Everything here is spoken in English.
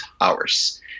hours